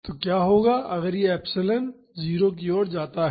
तो क्या होगा अगर यह एप्सिलॉन 0 की ओर जाता है